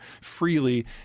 freely